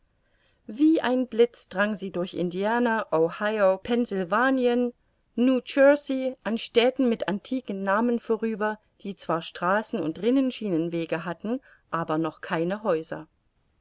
wie ein blitz drang sie durch indiana ohio pennsylvanien new jersey an städten mit antiken namen vorüber die zwar straßen und rinnenschienenwege hatten aber noch keine häuser